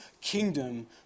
kingdom